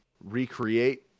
recreate